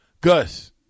Gus